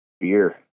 Beer